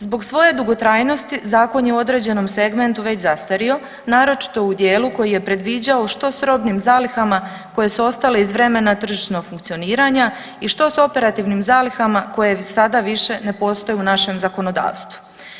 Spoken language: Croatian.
Zbog svoje dugotrajnosti, Zakon je u određenom segmentu već zastario, naročito u dijelu koji je predviđao što s robnim zalihama koje su ostale iz vremena tržišnog funkcioniranja i što s operativnim zalihama koje sada više ne postoje više u našem zakonodavstvu.